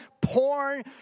porn